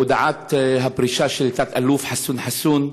הודעת הפרישה של תת-אלוף חסון חסון,